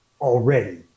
already